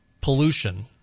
pollution